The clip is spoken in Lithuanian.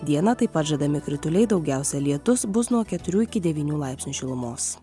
dieną taip pat žadami krituliai daugiausia lietus bus nuo keturių iki devynių laipsnių šilumos